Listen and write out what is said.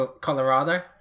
Colorado